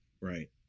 right